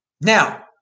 Now